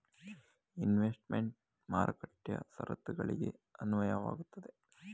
investment ಮಾರುಕಟ್ಟೆಯ ಶರತ್ತುಗಳಿಗೆ ಅನ್ವಯವಾಗುತ್ತದೆ